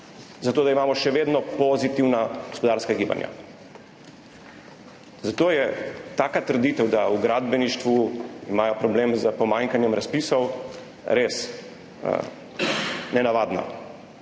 zato da imamo še vedno pozitivna gospodarska gibanja. Zato je taka trditev, da imajo v gradbeništvu problem s pomanjkanjem razpisov, res nenavadna.